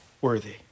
worthy